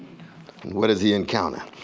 and what does he encounter?